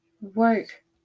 work